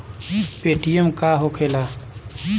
Paytm का होखेला?